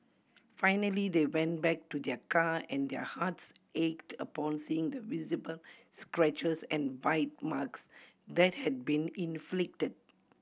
finally they went back to their car and their hearts ached upon seeing the visible scratches and bite marks that had been inflicted